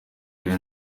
ari